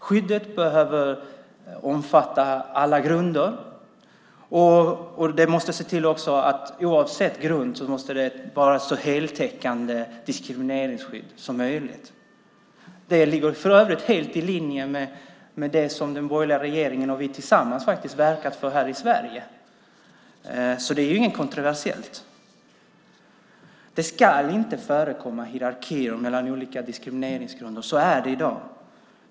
Skyddet behöver omfatta alla grunder, och oavsett grund måste det vara ett så heltäckande diskrimineringsskydd som möjligt. Det ligger för övrigt helt i linje med det som den borgerliga regeringen och vi tillsammans har verkat för här i Sverige, så det är inget kontroversiellt. Det ska inte förekomma hierarkier mellan olika diskrimineringsgrunder. Så är det i dag.